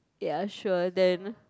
ya sure then